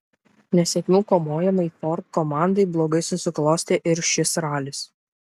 nesėkmių kamuojamai ford komandai blogai susiklostė ir šis ralis